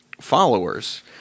followers